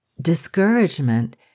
discouragement